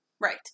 Right